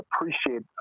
appreciate